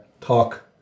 talk